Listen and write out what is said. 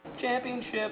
Championship